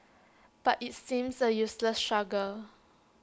but IT seems A useless struggle